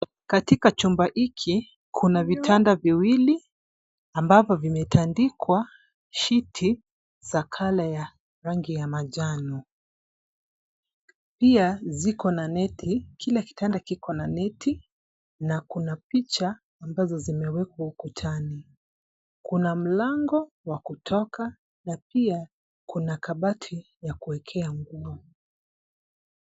Katika chumba hiki Kuna vitanda viwili ambavo vimetandikwa shiti za colour ya rangi ya manjano. pia ziko na neti. Kila kitanda Kiko na neti , na Kuna picha ambazo zimewekwa ukutani. Kuna mlango wa kutoka na pia Kuna kabati ya kuekea nguo.